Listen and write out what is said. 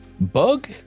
bug